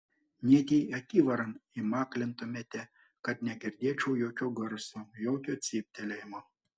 net jei akivaran įmaklintumėte kad negirdėčiau jokio garso jokio cyptelėjimo